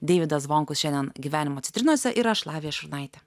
deividas zvonkus šiandien gyvenimo citrinose ir aš lavija šurnaitė